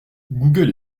google